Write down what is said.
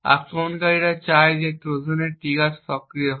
আক্রমণকারী চায় যে ট্রোজানের ট্রিগার সক্রিয় হয়